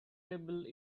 table